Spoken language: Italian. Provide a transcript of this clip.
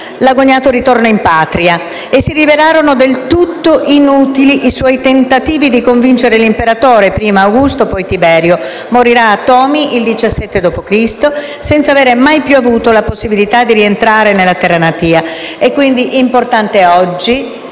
l'agognato ritorno in patria. Si rivelarono del tutto inutili i suoi tentativi di convincere l'imperatore, prima Augusto, poi Tiberio. Morirà a Tomi il 17 d.C., senza avere mai più avuto la possibilità di rientrare nella terra natia. È quindi importante oggi,